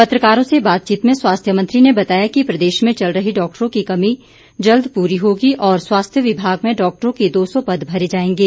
पत्रकारों से बातचीत में स्वास्थ्य मंत्री ने बताया कि प्रदेश में चल रही डॉक्टरों की कमी जल्द पूरी होगी और स्वास्थ्य विभाग में डॉक्टरों के दो सौ पद भरे जाएंगे